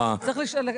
באמת.